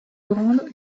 grande